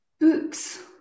Books